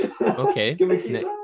Okay